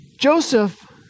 Joseph